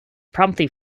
promptly